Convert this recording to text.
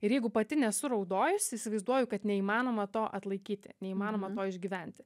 ir jeigu pati nesu raudojusi įsivaizduoju kad neįmanoma to atlaikyti neįmanoma to išgyventi